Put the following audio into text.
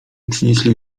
przenieśli